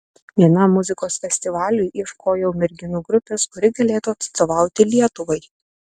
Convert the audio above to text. vienam muzikos festivaliui ieškojau merginų grupės kuri galėtų atstovauti lietuvai